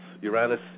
Uranus